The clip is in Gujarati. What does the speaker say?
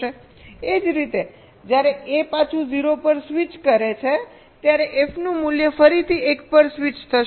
એ જ રીતે જ્યારે A પાછું 0 પર સ્વિચ કરે છે ત્યારે f નું મૂલ્ય ફરીથી 1 પર સ્વિચ થશે